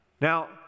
Now